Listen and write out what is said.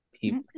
people